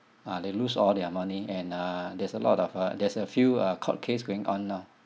ah they lose all their money and uh there's a lot of uh there's a few uh court case going on now